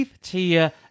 Tia